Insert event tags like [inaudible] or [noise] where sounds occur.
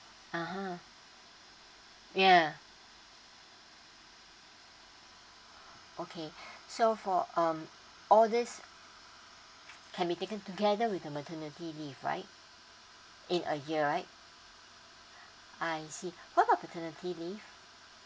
mmhmm yeah okay [breath] so for um all this can be taken together with the maternity leave right in a year right I see what about the paternity leave